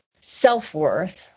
self-worth